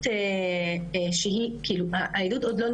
היום אני גם כאימא חווה את זה.